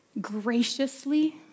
Graciously